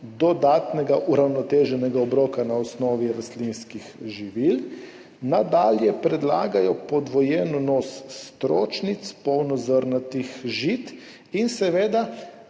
dodatnega uravnoteženega obroka na osnovi rastlinskih živil. Nadalje predlagajo podvojen vnos stročnic, polnozrnatih žit in seveda